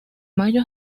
mayo